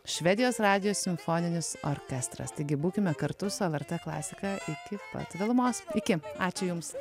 švedijos radijo simfoninis orkestras taigi būkime kartu su lrt klasika iki pat vėlumos iki ačiū jums